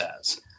says